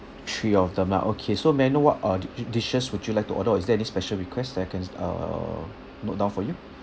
three of them lah okay so may I know what uh di~ dishes would you like to order or is there any special request that I can uh note down for you